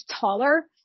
taller